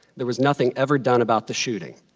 there was nothing ever done about the shooting.